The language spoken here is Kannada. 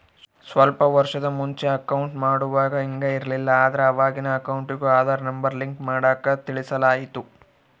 ಸ್ವಲ್ಪ ವರ್ಷುದ್ ಮುಂಚೆ ಅಕೌಂಟ್ ಮಾಡುವಾಗ ಹಿಂಗ್ ಇರ್ಲಿಲ್ಲ, ಆದ್ರ ಅವಾಗಿನ್ ಅಕೌಂಟಿಗೂ ಆದಾರ್ ನಂಬರ್ ಲಿಂಕ್ ಮಾಡಾಕ ತಿಳಿಸಲಾಯ್ತು